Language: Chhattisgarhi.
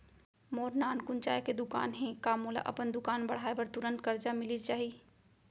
मोर नानकुन चाय के दुकान हे का मोला अपन दुकान बढ़ाये बर तुरंत करजा मिलिस जाही?